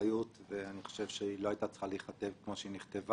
חושב שגם אני מקיים אותם וגם מר שהם מקיים אותם.